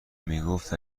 میگفت